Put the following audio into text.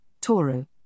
Toro